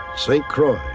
st. croix,